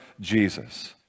Jesus